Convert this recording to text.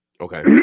Okay